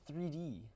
3D